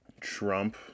Trump